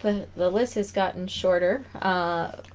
the the list has gotten shorter